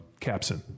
capsin